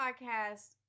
podcast